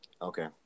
Okay